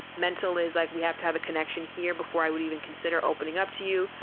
mental is like, we have to have a connection here before i would even consider opening up to you.